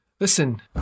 Listen